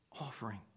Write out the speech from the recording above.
offering